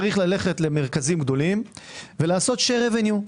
צריך ללכת למרכזים גדולים ולעשות שר אבניו.